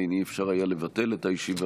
לא היה אפשר לבטל את הישיבה,